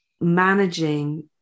managing